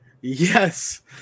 yes